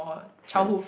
friends